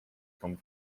come